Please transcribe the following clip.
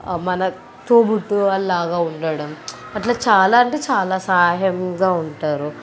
మన తోబుట్టువు లాగా ఉండటం అట్లా చాలా అంటే చాలా సహాయంగా ఉంటారు